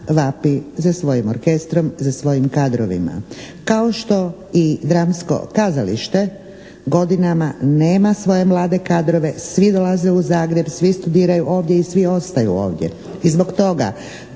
vapi za svojim orkestrom, za svojim kadrovima, kao što i dramsko kazalište godinama nema svoje mlade kadrove, svi dolaze u Zagreb, svi studiraju ovdje i svi ostaju ovdje, i zbog toga